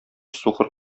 сукыр